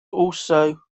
also